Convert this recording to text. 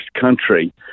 country